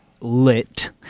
lit